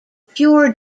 pure